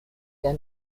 der